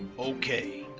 okay.